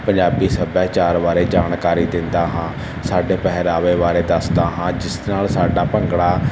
ਪੰਜਾਬੀ ਸੱਭਿਆਚਾਰ ਬਾਰੇ ਜਾਣਕਾਰੀ ਦਿੰਦਾ ਹਾਂ ਸਾਡੇ ਪਹਿਰਾਵੇ ਬਾਰੇ ਦੱਸਦਾ ਹਾਂ ਜਿਸ ਨਾਲ ਸਾਡਾ ਭੰਗੜਾ